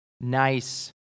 nice